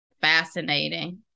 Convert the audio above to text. Fascinating